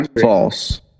false